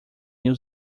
new